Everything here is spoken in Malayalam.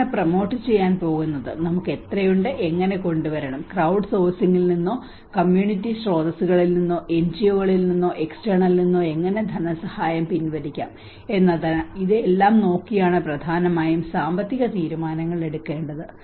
ആരാണ് പ്രൊമോട്ട് ചെയ്യാൻ പോകുന്നത് നമുക്ക് എത്രയുണ്ട് എങ്ങനെ കൊണ്ടുവരണം ക്രൌഡ് സോഴ്സിംഗിൽ നിന്നോ കമ്മ്യൂണിറ്റി സ്രോതസ്സുകളിൽ നിന്നോ എൻജിഒകളിൽ നിന്നോ എക്സ്റ്റേണലിൽ നിന്നോ എങ്ങനെ ധനസഹായം പിൻവലിക്കാം എന്നതിനാൽ ഇതെല്ലാം നോക്കിയാണ് പ്രധാനമായും സാമ്പത്തിക തീരുമാനങ്ങൾ എടുക്കേണ്ടത്